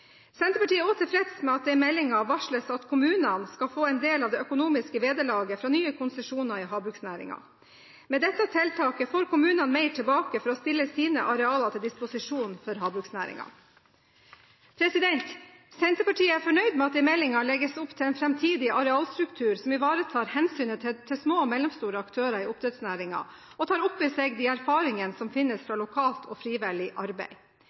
Senterpartiet er også tilfreds med at det i meldingen varsles at kommunene skal få en del av det økonomiske vederlaget fra nye konsesjoner i havbruksnæringen. Med dette tiltaket får kommunene mer tilbake for å stille sine arealer til disposisjon for havbruksnæringen. Senterpartiet er fornøyd med at det i meldingen legges opp til en framtidig arealstruktur som ivaretar hensynet til små og mellomstore aktører i oppdrettsnæringen, og tar opp i seg de erfaringene som finnes fra lokalt og frivillig arbeid.